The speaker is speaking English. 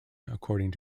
according